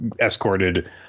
escorted